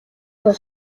бол